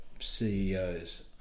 ceos